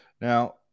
Now